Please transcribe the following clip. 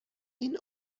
این